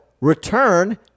Return